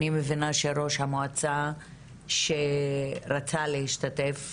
אני מבינה שראש המועצה שרצה להשתתף,